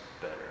better